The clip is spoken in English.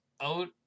out